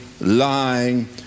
lying